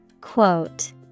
Quote